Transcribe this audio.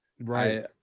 Right